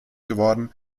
geworden